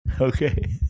Okay